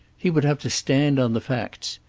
he would have to stand on the facts.